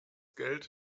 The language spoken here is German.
geld